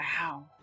Wow